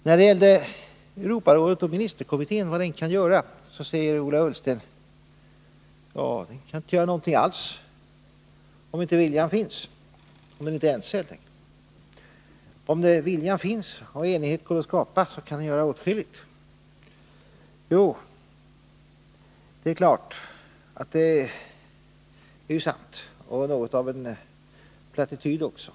När det gäller vad Europarådet och ministerkommittén kan göra säger Ola Ullsten att de inte kan göra någonting alls, om inte viljan finns och om man inte är ense. Om viljan finns och enighet går att skapa kan man göra åtskilligt. Ja, det är klart. Det är ju sant, och det är något av en plattityd också.